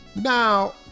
Now